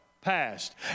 passed